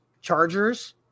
Chargers